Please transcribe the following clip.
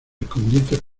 escondites